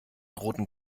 roten